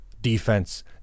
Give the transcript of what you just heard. defense